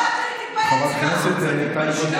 כי אני אפוטרופסית משותפת, ואני צריכה, הילדה שלי.